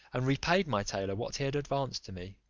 and repaid my tailor what he had advanced to me